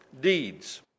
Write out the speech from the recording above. deeds